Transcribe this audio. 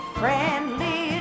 friendly